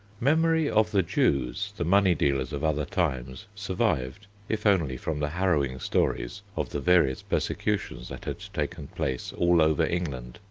memory of the jews, the money-dealers of other times, survived if only from the harrowing stories of the various persecutions that had taken place all over england,